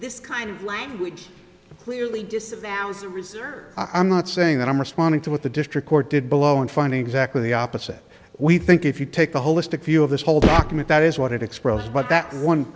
this kind of language clearly disavows i'm not saying that i'm responding to what the district court did below and finding exactly the opposite we think if you take a holistic view of this whole document that is what it expresses but that one